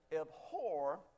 Abhor